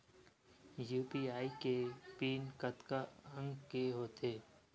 UPI के PIN कतका अंक के होथे?